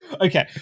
okay